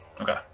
Okay